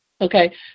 Okay